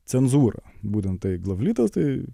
cenzūrą būtent tai glavlitas tai